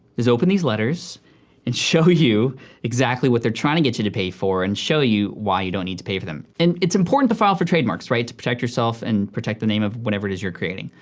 is open these letters and show you exactly what they are trying to get you to pay for, and show you why you don't need to pay for them. and it's important to file for trademarks, right? to protect yourself and protect the name of whatever it is you are creating.